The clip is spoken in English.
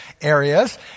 areas